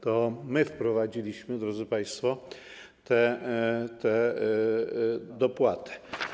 To my wprowadziliśmy, drodzy państwo, tę dopłatę.